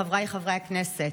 חבריי חברי הכנסת,